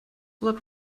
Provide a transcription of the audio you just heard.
let